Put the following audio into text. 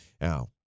Now